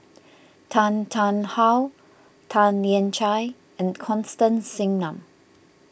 Tan Tarn How Tan Lian Chye and Constance Singam